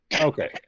Okay